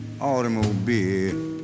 automobile